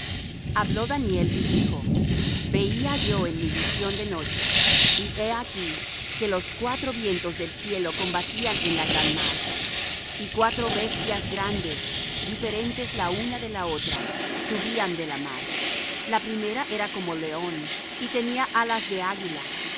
habló daniel y dijo veía yo en mi visión de noche y he aquí que los cuatro vientos del cielo combatían en la gran mar y cuatro bestias grandes diferentes la una de la otra subían de la mar la primera era como león y tenía alas de águila